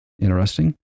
Interesting